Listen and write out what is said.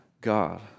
God